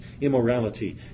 immorality